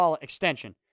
extension